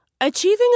Achieving